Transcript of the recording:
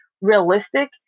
realistic